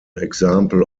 example